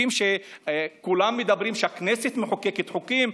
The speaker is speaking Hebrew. כולם אומרים שהכנסת מחוקקת חוקים,